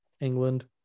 England